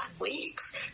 weeks